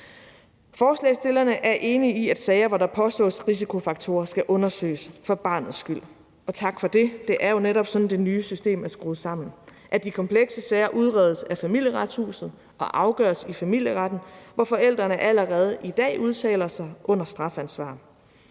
Forslagsstillerne er enige i, at sager, hvori der påstås risikofaktorer, skal undersøges for barnets skyld, og tak for det. Det er jo netop sådan, det nye system er skruet sammen: De komplekse sager udredes af Familieretshuset og afgøres i familieretten, hvor forældrene allerede i dag udtaler sig under strafansvar.